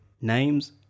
names